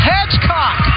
Hedgecock